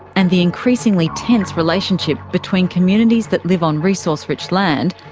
and the increasingly tense relationship between communities that live on resource-rich land,